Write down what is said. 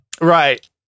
Right